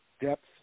depth